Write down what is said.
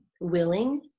willing